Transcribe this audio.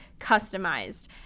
customized